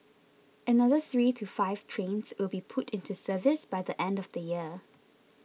another three to five trains will be put into service by the end of the year